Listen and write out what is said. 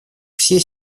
все